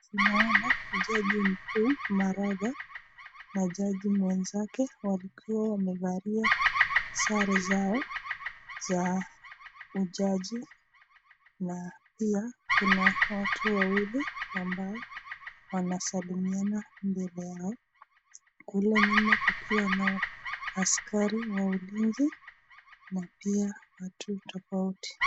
Tunaona jaji mkuu, Maraga na jaji mwenzake wakiwa wamevalia sare zao za ujaji na pia kuna watu wawili ambao wanasalimiana mbele yao, kule nyuma kukiwa na askari wa ulinzi na pia watu tofauti.